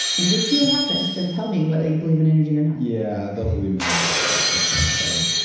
and just see what happens. and tell me whether you believe in energy or not. yeah. they'll believe in energy after that. that's not a problem.